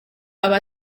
aba